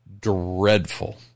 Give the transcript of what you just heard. dreadful